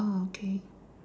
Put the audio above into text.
orh okay